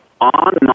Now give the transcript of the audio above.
On